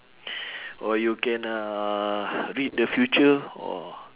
or you can uh read the future or